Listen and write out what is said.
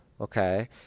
Okay